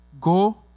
Go